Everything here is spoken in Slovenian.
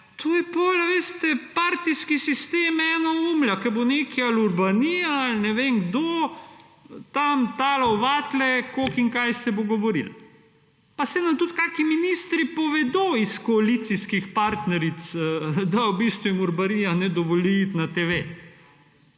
a veste partijski sistem enoumlja, ki bo nekaj ali Urbanija ali ne vem kdo tam talal vatle koliko in kaj se bo govorilo. Pa saj naj tudi kašni ministri povedo iz koalicijskih partneric, da v bistvu jim Urbanija ne dovoli iti na TV.